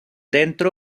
fuera